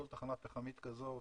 כל תחנה פחמית כזאת